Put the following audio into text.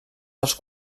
dels